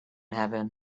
heaven